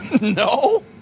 No